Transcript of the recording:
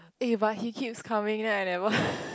eh but he keeps coming back eh